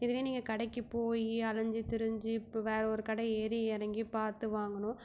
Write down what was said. இதுவே நீங்கள் கடைக்கு போய் அலஞ்சு திரிஞ்சு இப்போ வேறு ஒரு கடை ஏறி இறங்கி பார்த்து வாங்கணும்